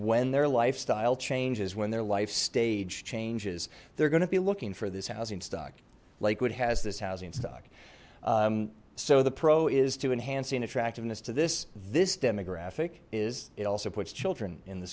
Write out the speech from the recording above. when their lifestyle changes when their life stage changes they're gonna be looking for this housing stock like what has this housing stock so the pro is to enhance an attractiveness to this this demographic is it also puts children in the